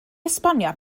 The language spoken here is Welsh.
esbonio